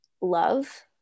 love